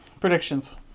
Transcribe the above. predictions